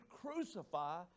crucify